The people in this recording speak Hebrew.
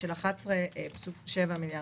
7 מיליארד.